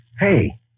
Hey